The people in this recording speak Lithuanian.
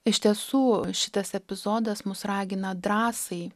iš tiesų šitas epizodas mus ragina drąsai